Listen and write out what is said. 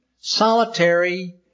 solitary